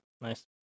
nice